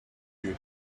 you